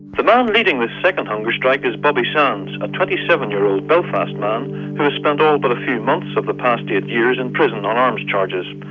the man leading this second hunger strike is bobby sands, a twenty seven year old belfast man who has spent all but a few months of the past eight years in prison on arms charges,